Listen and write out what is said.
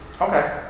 Okay